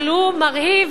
אז אני שואלת: